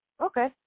Okay